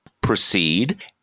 proceed